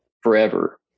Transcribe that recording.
forever